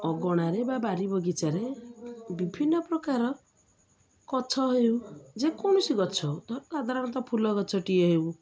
ଅଗଣାରେ ବା ବାରି ବଗିଚାରେ ବିଭିନ୍ନ ପ୍ରକାର ଗଛ ହେଉ ଯେକୌଣସି ଗଛ ହଉ ଧର ସାଧାରଣତଃ ଫୁଲ ଗଛଟିଏ ହେଉ